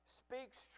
speaks